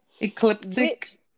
Ecliptic